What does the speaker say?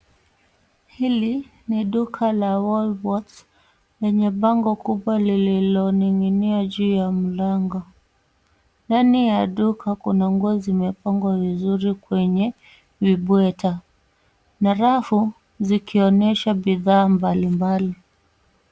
Hili ni duka la Woolworths lenye bango kubwa lililoning'inia juu ya mlango. Ndani ya duka kuna nguo zimepangwa vizuri kwenye vibweta na rafu zikionyesha bidhaa mbalimbali.